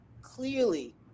clearly